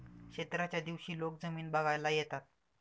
क्षेत्राच्या दिवशी लोक जमीन बघायला येतात